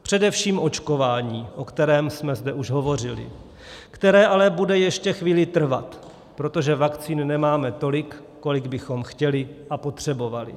Především očkování, o kterém jsme zde už hovořili, které bude ale ještě chvíli trvat, protože vakcín nemáme tolik, kolik bychom chtěli a potřebovali.